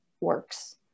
works